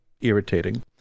irritating